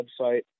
website